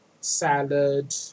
salad